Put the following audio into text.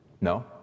No